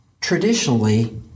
traditionally